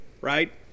Right